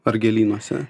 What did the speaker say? ar gėlynuose